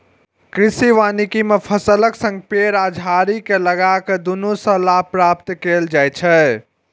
कृषि वानिकी मे फसलक संग पेड़ आ झाड़ी कें लगाके दुनू सं लाभ प्राप्त कैल जाइ छै